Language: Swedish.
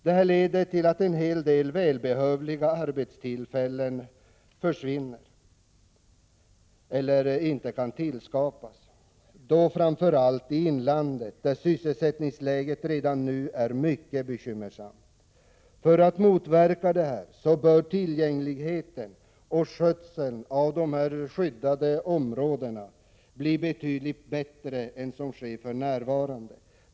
Detta leder till att en hel del välbehövliga arbetstillfällen försvinner eller inte kan skapas, och framför allt gäller detta i inlandet, där sysselsättningsläget redan nu är mycket bekymmersamt. För att motverka detta bör tillgängligheten och skötseln av dessa skyddade områden bli betydligt bättre än vad som är fallet för närvarande.